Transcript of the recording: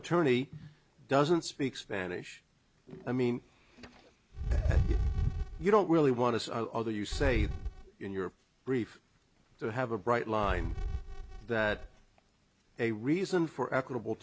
attorney doesn't speak spanish i mean you don't really want to know that you say in your brief to have a bright line that a reason for equitable